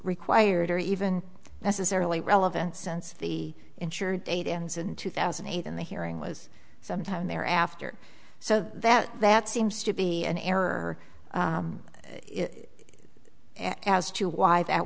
required or even necessarily relevant since the insured date ends in two thousand and eight and the hearing was sometime thereafter so that that seems to be an error as to why that